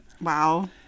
Wow